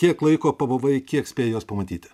kiek laiko pabuvai kiek spėjai jos pamatyti